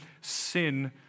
sin